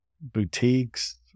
Boutiques